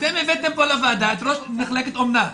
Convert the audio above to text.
אתם הבאתם פה לוועדה את ראש מחלקת אומנה.